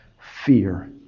fear